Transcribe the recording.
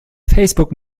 facebook